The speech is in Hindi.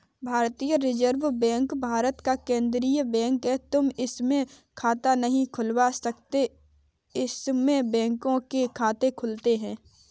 भारतीय रिजर्व बैंक भारत का केन्द्रीय बैंक है, तुम इसमें खाता नहीं खुलवा सकते इसमें बैंकों के खाते खुलते हैं